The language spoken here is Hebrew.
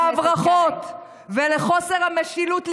להברחות ולחוסר המשילות לפרוח,